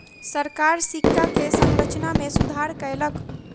सरकार सिक्का के संरचना में सुधार कयलक